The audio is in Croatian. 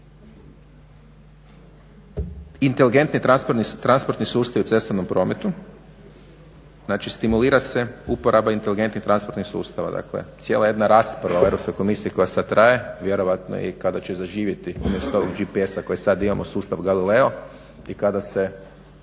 Inteligentni transportni sustavi u cestovnom prometu, znači stimulira se uporaba inteligentnih transportnih sustava, dakle cijela jedna rasprava u Europskoj komisiji koja sada traje, vjerojatno i kada će zaživjeti umjesto ovog GPS-a koje sada imamo sustav galileo i kada se